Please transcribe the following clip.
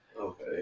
Okay